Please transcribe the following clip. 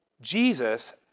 Jesus